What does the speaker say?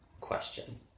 question